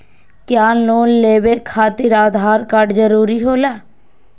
क्या लोन लेवे खातिर आधार कार्ड जरूरी होला?